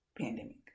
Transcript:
pandemic